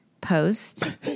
post